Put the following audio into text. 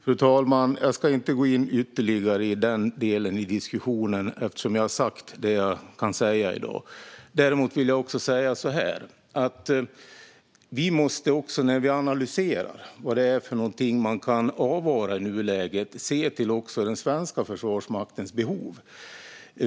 Fru talman! Jag ska inte gå in ytterligare i den delen i diskussionen, eftersom jag har sagt det jag kan säga i dag. Däremot vill jag säga att när vi analyserar vad man kan avvara i nuläget måste vi också se till den svenska försvarsmaktens behov.